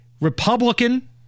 Republican